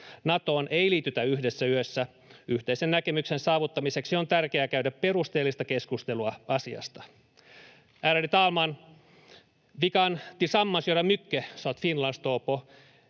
Natoon ei liitytä yhdessä yössä. Yhteisen näkemyksen saavuttamiseksi on tärkeää käydä perusteellista keskustelua asiasta. Ärade talman! Vi kan tillsammans göra mycket så att Finland står